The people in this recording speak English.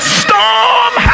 storm